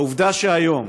העובדה שהיום